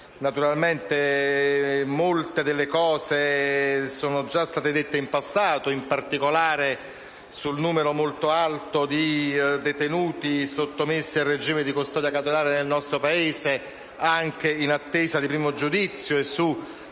Naturalmente molte considerazioni sono state già fatte in passato, in particolare sul numero molto alto di detenuti sottomessi a regime di custodia cautelare nel nostro Paese, anche in attesa di primo giudizio, e su